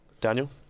Daniel